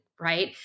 right